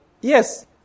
Yes